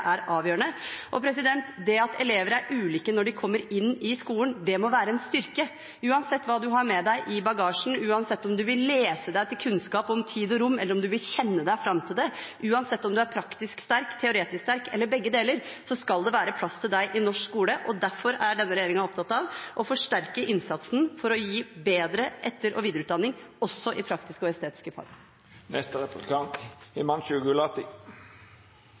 Det at elever er ulike når de kommer inn i skolen, må være en styrke. Uansett hva du har med deg i bagasjen, uansett om du vil lese deg til kunnskap om tid og rom, eller om du vil kjenne deg fram til det, uansett om du er praktisk sterk, teoretisk sterk eller begge deler, skal det være plass til deg i norsk skole. Derfor er denne regjeringen opptatt av å forsterke innsatsen for å gi bedre etter- og videreutdanning også i